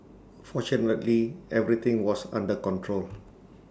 fortunately everything was under control